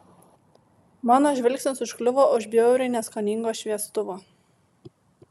mano žvilgsnis užkliuvo už bjauriai neskoningo šviestuvo